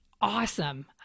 awesome